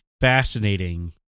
fascinating